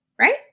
right